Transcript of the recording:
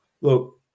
look